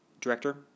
director